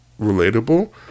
relatable